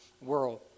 world